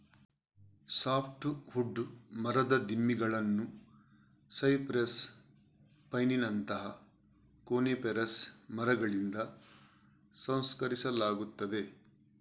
soft wood ಮರದ ದಿಮ್ಮಿಗಳನ್ನು cypress, ಪೈನಿನಂತಹ ಕೋನಿಫೆರಸ್ ಮರಗಳಿಂದ ಸಂಸ್ಕರಿಸಲಾಗುತ್ತದೆ